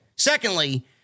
Secondly